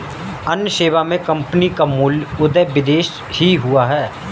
अन्य सेवा मे कम्पनी का मूल उदय विदेश से ही हुआ है